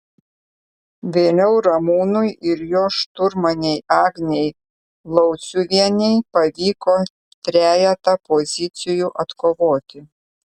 vėliau ramūnui ir jo šturmanei agnei lauciuvienei pavyko trejetą pozicijų atkovoti